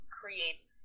creates